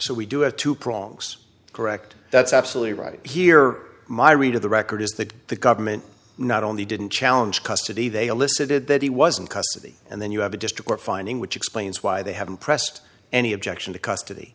so we do have two prongs correct that's absolutely right here my read of the record is that the government not only didn't challenge custody they elicited that he was in custody and then you have a district finding which explains why they haven't pressed any objection to custody